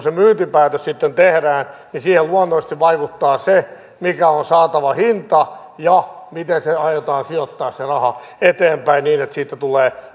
se myyntipäätös sitten tehdään niin siihen luonnollisesti vaikuttaa se mikä on saatava hinta ja miten se raha aiotaan sijoittaa eteenpäin niin että siitä tulee